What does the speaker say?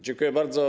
Dziękuję bardzo.